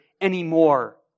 anymore